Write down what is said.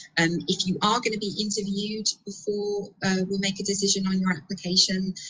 and if you are going to be interviewed before we make a decision on your application,